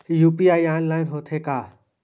UPI online होथे का?